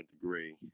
degree